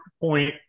point